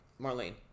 Marlene